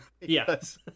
Yes